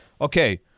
Okay